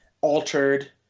altered